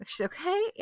Okay